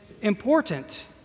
important